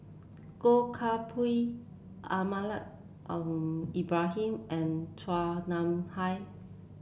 Goh Koh Pui Almahdi Al Ibrahim and Chua Nam Hai